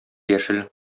яшел